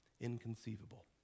inconceivable